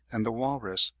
and the walrus,